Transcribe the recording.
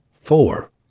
four